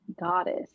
goddess